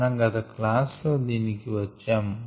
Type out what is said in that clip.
మన గత క్లాసుల్లో దీని కి వచ్చాము